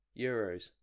euros